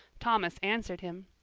thomas answered him,